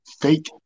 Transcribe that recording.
fake